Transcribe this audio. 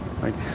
right